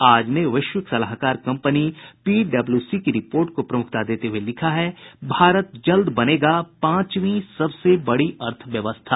आज ने वैश्विक सलाहकार कम्पनी पीडब्ल्यूसी की रिपोर्ट को प्रमुखता देते हुये लिखा है भारत जल्द बनेगा पांचवीं सबसे बड़ी अर्थव्यवस्था